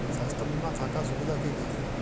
স্বাস্থ্য বিমা থাকার সুবিধা কী কী?